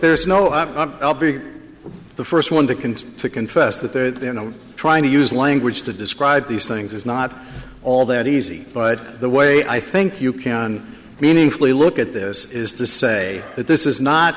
there's no i'm not the first one to confess to confess that they're trying to use language to describe these things is not all that easy but the way i think you can meaningfully look at this is to say that this is not